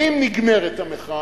ואם נגמרת המחאה,